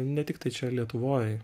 ne tiktai čia lietuvoj